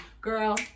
girl